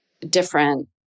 different